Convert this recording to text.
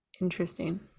Interesting